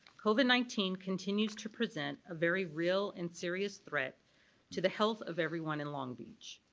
covid nineteen continues to present a very real and serious threat to the health of everyone in long beach.